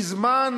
בזמן,